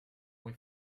muy